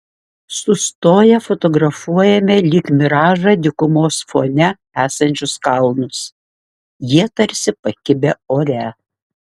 sustoję fotografuojame lyg miražą dykumos fone esančius kalnus jie tarsi pakibę ore